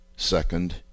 Second